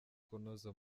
kunoza